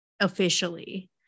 officially